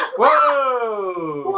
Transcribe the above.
whoa